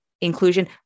inclusion